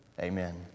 Amen